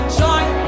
join